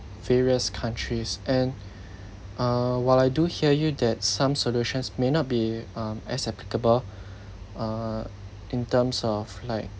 various countries and uh while I do hear you that some solutions may not be um acceptable uh in terms of like